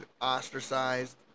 ostracized